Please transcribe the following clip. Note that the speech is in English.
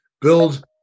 build